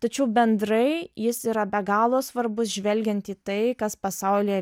tačiau bendrai jis yra be galo svarbus žvelgiant į tai kas pasauly